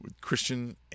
Christian